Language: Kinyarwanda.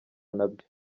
nabyo